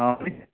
অঁ